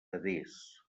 adés